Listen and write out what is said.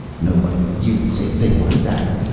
nobody but you would say a thing like that.